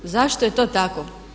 Zašto je to tako?